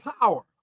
power